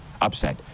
upset